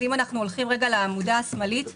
אם אנחנו הולכים לעמודה השמאלית,